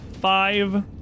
five